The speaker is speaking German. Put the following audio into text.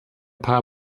paar